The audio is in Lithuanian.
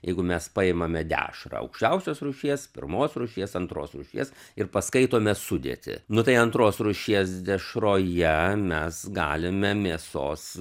jeigu mes paimame dešrą aukščiausios rūšies pirmos rūšies antros rūšies ir paskaitome sudėtį nu tai antros rūšies dešroje mes galime mėsos